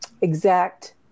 exact